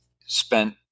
spent